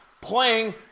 playing